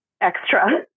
extra